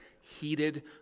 heated